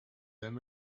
them